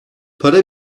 para